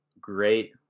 great